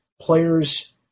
players